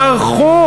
תרחיב.